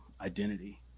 identity